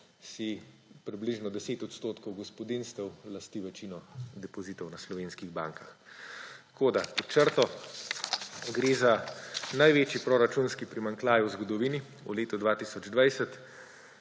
si približno 10 % gospodinjstev lasti večino depozitov na slovenskih bankah. Pod črto. Gre za največji proračunski primanjkljaj v zgodovini v letu 2020.